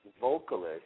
Vocalist